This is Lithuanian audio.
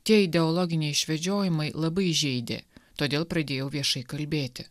tie ideologiniai išvedžiojimai labai žeidė todėl pradėjau viešai kalbėti